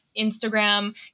Instagram